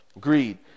Greed